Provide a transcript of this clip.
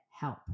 help